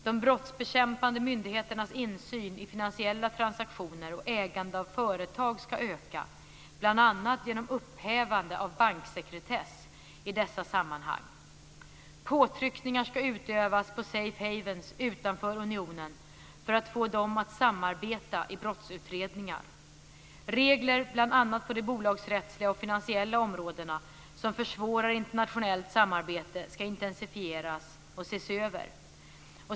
De brottsbekämpande myndigheternas insyn i finansiella transaktioner och ägande av företag ska öka, bl.a. genom upphävande av banksekretess i dessa sammanhang. Påtryckningar ska utövas på safe havens utanför unionen för att få dem att samarbeta i brottsutredningar. Regler på bl.a. de bolagsrättsliga och finansiella områdena som försvårar internationellt samarbete ska intensifieras och ses över.